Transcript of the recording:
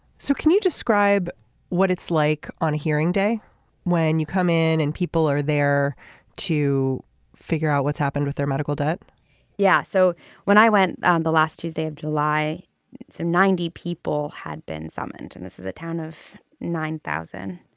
so can you describe what it's like on hearing day when you come in and people are there to figure out what's happened with their medical debt yeah. so when i went the last tuesday of july some ninety people had been summoned and this is a town of nine thousand.